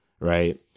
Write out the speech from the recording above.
Right